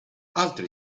altre